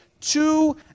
two